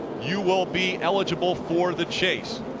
you will be eligible for the chase.